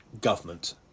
government